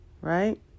right